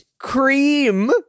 cream